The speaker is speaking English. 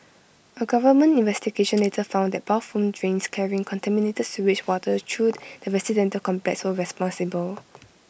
A government investigation later found that bathroom drains carrying contaminated sewage water through the residential complex were responsible